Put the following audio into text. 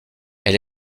elle